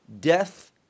death